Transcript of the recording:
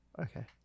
Okay